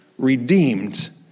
Redeemed